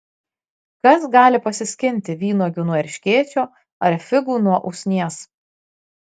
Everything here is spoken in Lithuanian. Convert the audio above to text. kas gali pasiskinti vynuogių nuo erškėčio ar figų nuo usnies